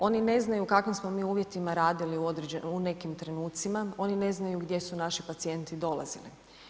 Oni ne znaju u kakvim smo mi uvjetima radila u određenim trenucima, oni ne znaju gdje su naši pacijenti dolazili.